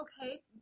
Okay